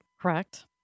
Correct